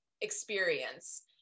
experience